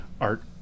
art